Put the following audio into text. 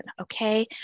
okay